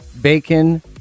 bacon